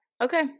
okay